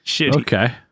Okay